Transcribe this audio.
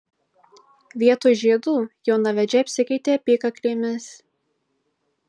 vietoj žiedų jaunavedžiai apsikeitė apykaklėmis